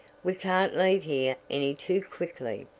we can't leave here any too quickly.